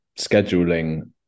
scheduling